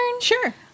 Sure